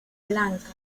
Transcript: blanca